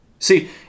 See